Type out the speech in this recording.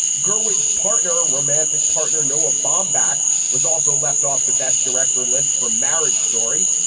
gerwig as partner, a romantic partner, noah bombach was also left off the best director list for marriage story.